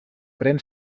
pren